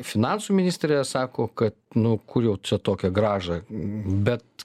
finansų ministrė sako kad nu kur jau čia tokią grąžą bet